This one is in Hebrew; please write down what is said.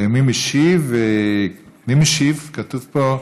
אני משיב בשם השר.